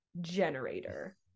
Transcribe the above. generator